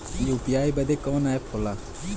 UPI बदे कवन app होला?